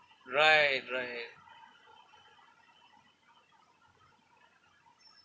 right right